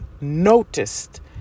noticed